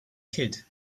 kid